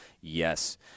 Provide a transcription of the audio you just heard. Yes